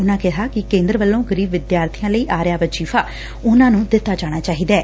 ਉਨੂਾ ਕਿਹਾ ਕਿ ਕੇਂਦਰ ਵੱਲੋ' ਗਰੀਬ ਵਿਦਿਆਰਬੀਆਂ ਲਈ ਆ ਰਿਹਾ ਵਜੀਫਾ ਉਨੂਾ ਨੂੰ ਦਿੱਤਾ ਜਾਣਾ ਚਾਹੀਦੈ